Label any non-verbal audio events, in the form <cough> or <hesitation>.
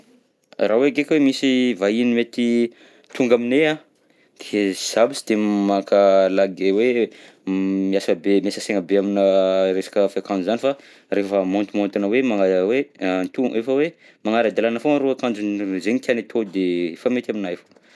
Raha hoe ndreky hoe misy vahiny mety tonga aminay an, de <hesitation> zaho tsy de maka lagy hoe <hesitation> m- miasa be, miasa saigna be aminà resaka fiakanjo zany fa rehefa maontimaontina hoe ma- hoe an anto- efa hoe magnara-dalana foagna arô akanjo zegny tiany atao de efa mety aminahy.